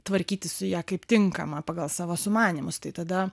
tvarkytis su ja kaip tinkama pagal savo sumanymus tai tada